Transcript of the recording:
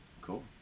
Cool